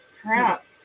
crap